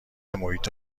محیط